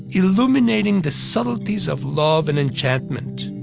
illuminating the subtleties of love and enchantment.